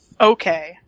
Okay